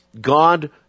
God